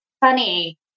funny